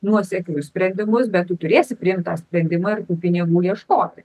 nuoseklius sprendimus bet tu turėsi priimt tą sprendimą ir pinigų ieškoti